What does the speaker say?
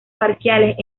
parciales